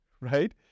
right